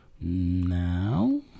now